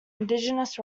indigenous